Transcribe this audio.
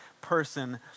person